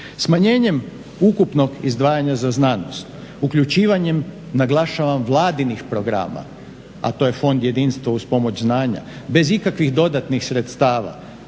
Smanjenjem ukupnog izdvajanja u znanost, uključivanjem naglašavam vladinih programa a to je Fond jedinstva uz pomoć znanja, bez ikakvih dodatnih sredstava